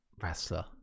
wrestler